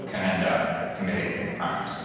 could end up committing crimes?